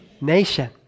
Nation